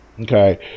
Okay